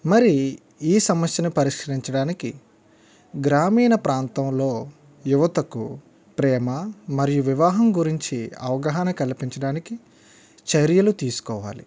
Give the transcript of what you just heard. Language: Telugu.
మరి ఈ సమస్యను పరిష్కరించడానికి గ్రామీణ ప్రాంతంలో యువతకు ప్రేమ మరియు వివాహం గురించి అవగాహన కల్పించడానికి చర్యలు తీసుకోవాలి